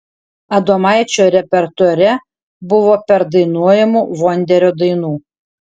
adomaičio repertuare buvo perdainuojamų vonderio dainų